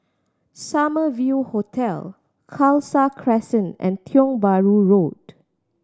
Summer View Hotel Khalsa Crescent and Tiong Bahru Road